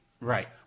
Right